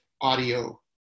audio